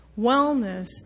Wellness